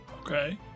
Okay